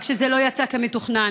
רק שזה לא יצא כמתוכנן.